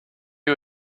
you